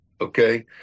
Okay